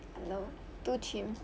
no too chim